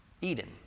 Eden